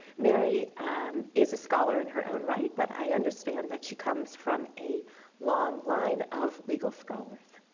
mary is a scholar in her own right. but i understand that she comes from a long line of legal scholars.